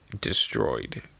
destroyed